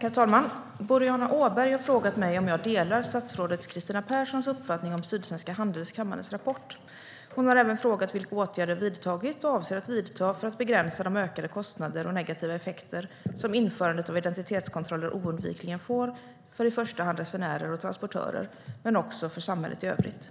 Herr talman! Boriana Åberg har frågat mig om jag delar statsrådet Kristina Perssons uppfattning om Sydsvenska Handelskammarens rapport. Hon har även frågat vilka åtgärder jag vidtagit och avser att vidta för att begränsa de ökade kostnader och negativa effekter som införandet av identitetskontroller oundvikligen får för i första hand resenärer och transportörer, men också för samhället i övrigt.